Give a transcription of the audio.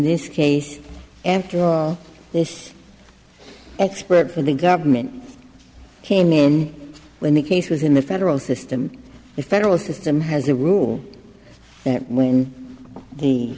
this case and this expert from the government came in when the case was in the federal system the federal system has a rule that when the